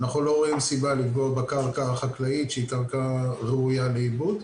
אנחנו לא רואים סיבה לפגוע בקרקע החקלאית שהיא קרקע ראויה לעיבוד.